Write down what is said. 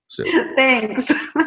Thanks